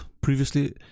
previously